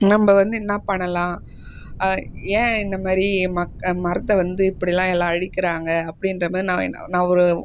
நம்ப வந்து என்ன பண்ணலாம் ஏன் இந்தமாதிரி மக் மரத்தை வந்து இப்படிலாம் எல்லாம் அழிக்கிறாங்க அப்படின்ற மாதிரி நான் நான் ஒரு